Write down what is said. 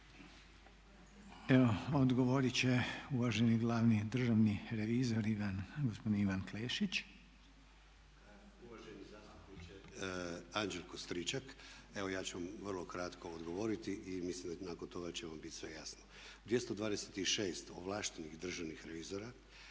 Evo odgovorit će uvaženi glavni državni revizor gospodin Ivan Klešić. **Klešić, Ivan** Uvaženi zastupniče Anđelko Stričak, evo ja ću vam vrlo kratko odgovoriti i mislim nakon toga će vam bit sve jasno. 226 ovlaštenih državnih revizora